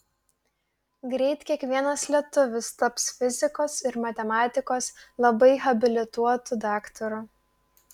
greit kiekvienas lietuvis taps fizikos ir matematikos labai habilituotu daktaru